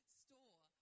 store